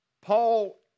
Paul